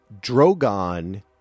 Drogon